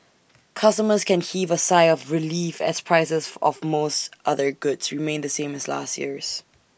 customers can heave A sigh of relief as prices for of most other goods remain the same as last year's